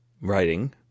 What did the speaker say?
Writing